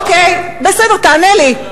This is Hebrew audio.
אוקיי, בסדר, תענה לי.